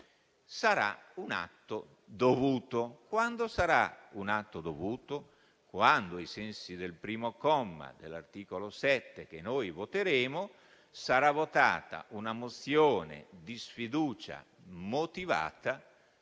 sarà un atto dovuto. Sarà un atto dovuto quando, ai sensi del primo comma dell'articolo 7 che noi voteremo, sarà votata una mozione di sfiducia motivata